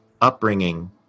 upbringing